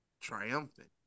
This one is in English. triumphant